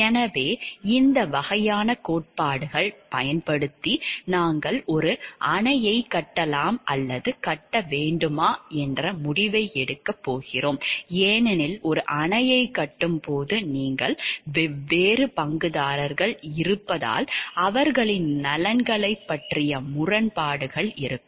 எனவே இந்த வகையான கோட்பாடுகள் பயன்படுத்தி நாங்கள் ஒரு அணையைக் கட்டலாமா அல்லது கட்ட வேண்டாமா என்ற முடிவை எடுக்கப் போகிறோம் ஏனெனில் ஒரு அணையைக் கட்டும் போது நீங்கள் வெவ்வேறு பங்குதாரர்கள் இருப்பதால் அவர்களின் நலன்களைப் பற்றிய முரண்பாடுகள் இருக்கும்